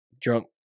drunk